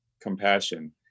compassion